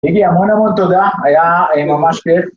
‫גיגי המון המון תודה, היה ממש כיף.